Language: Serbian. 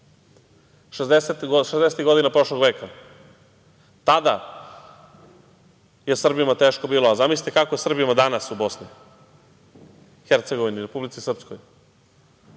godina prošlog veka, tada je Srbima teško bilo, a zamislite kako Srbima danas u Bosni, Hercegovini, Republici Srpskoj.